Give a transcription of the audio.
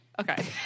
okay